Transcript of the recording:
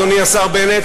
אדוני השר בנט,